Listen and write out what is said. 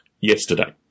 yesterday